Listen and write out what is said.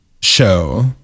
show